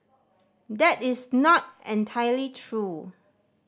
that is not entirely true